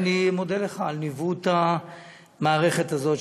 אני מודה לך על ניווט המערכת הזאת,